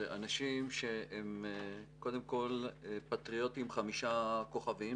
אנשים שהם קודם כול פטריוטים חמישה כוכבים,